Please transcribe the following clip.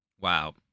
Wow